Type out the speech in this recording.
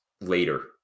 later